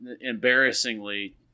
embarrassingly